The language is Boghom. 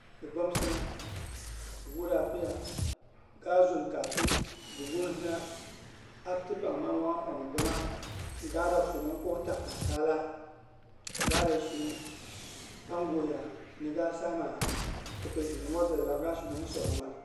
Gɨ bomsina gɨ wura piya, ga zuun kaasu gɨ wunhina apti pang mang wang pang mi boma gadok shinungnwu ko tak tangkai laak. Gade shinung panguya niga gaama ko peishinung wat bidelaak ga shinung mi sonong mal.